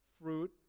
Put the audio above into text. fruit